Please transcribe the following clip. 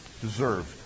Deserved